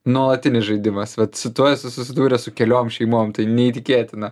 nuolatinis žaidimas vat su tuo esu susidūręs su keliom šeimom tai neįtikėtina